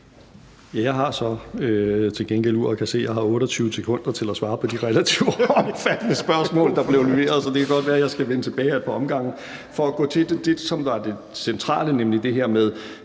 Jeg har så til gengæld et ur, og jeg kan se, at jeg har 28 sekunder til at svare på de relativt omfattende spørgsmål, der blev stillet, så det kan godt være, at jeg skal vende tilbage ad et par omgange. For at gå til det, som er det centrale, nemlig det her med,